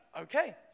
okay